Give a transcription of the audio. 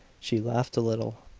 she laughed a little.